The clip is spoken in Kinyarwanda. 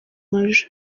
maj